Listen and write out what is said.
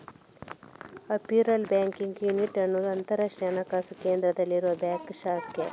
offshore banking unit ಅನ್ನುದು ಅಂತರಾಷ್ಟ್ರೀಯ ಹಣಕಾಸು ಕೇಂದ್ರದಲ್ಲಿರುವ ಬ್ಯಾಂಕ್ ಶಾಖೆ